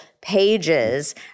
pages